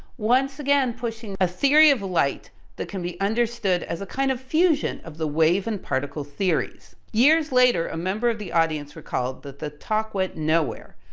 once again pushing a theory of light that can be understood as a kind of fusion of the wave and particle theories. years later, a member of the audience recalled that, the talk went nowhere,